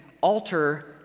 alter